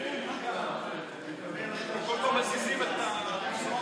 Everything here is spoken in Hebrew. כל פעם מזיזים את הכיסאות,